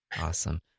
Awesome